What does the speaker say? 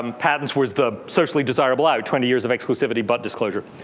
um patents were the socially desirable out. twenty years of exclusivity but disclosure.